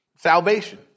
Salvation